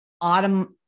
autumn